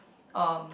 um